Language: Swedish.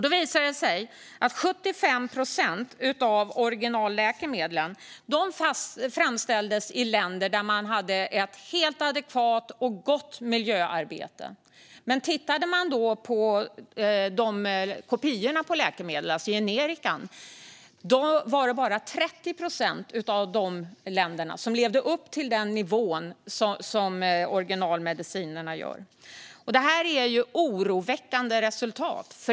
Det visade sig att 75 procent av originalläkemedlen framställdes i länder där man hade ett helt adekvat och gott miljöarbete. Men tittade man på kopiorna av läkemedlen, generikan, var det bara 30 procent av länderna som levde upp till den nivån som gällde för framställning av originalmedicinerna. Det är oroväckande resultat.